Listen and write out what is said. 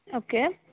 okay